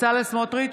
בצלאל סמוטריץ'